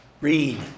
read